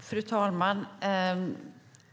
Fru talman!